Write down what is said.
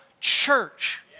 church